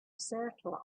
circle